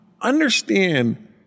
understand